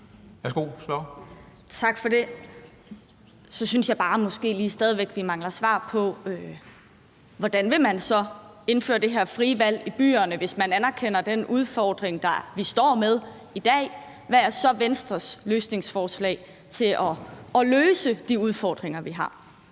Tak for det. Så synes jeg bare, at vi måske stadig væk lige mangler svar på, hvordan man så vil indføre det her frie valg i byerne. Hvis man anerkender den udfordring, vi står med i dag, hvad er så Venstres løsningsforslag til at klare de udfordringer, vi har?